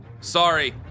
Sorry